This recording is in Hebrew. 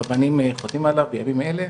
שרבנים חותמים עליו בימים אלה,